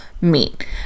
meet